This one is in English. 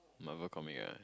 Marvel comic ah